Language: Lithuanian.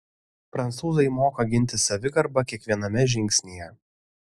prancūzai moka ginti savigarbą kiekviename žingsnyje